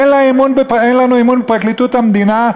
אין לנו אמון בפרקליטות המדינה,